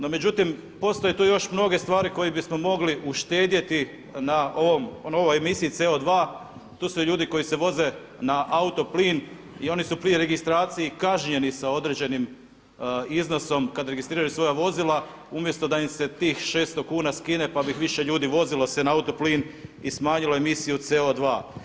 No međutim, postoje tu još mnoge stvari koje bismo mogli uštedjeti na ovoj emisiji CO2, tu su ljudi koji se voze na auto-plin i oni su pri registraciji kažnjeni s određenim iznosom kad registriraju svoja vozila umjesto da im se tih 600 kn skine pa bi više ljudi vozilo se na auto-plin i smanjilo emisiju CO2.